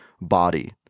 body